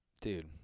Dude